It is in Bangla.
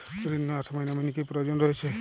ঋণ নেওয়ার সময় নমিনি কি প্রয়োজন রয়েছে?